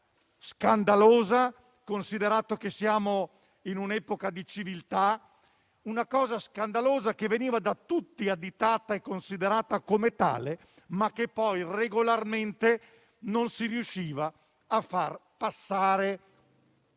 scandalosa, considerato che siamo in un epoca di civiltà; una cosa scandalosa che veniva da tutti additata e considerata come tale, ma che poi regolarmente non si riusciva a modificare.